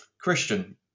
Christian